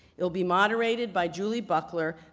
it will be moderated by julie buckler,